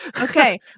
Okay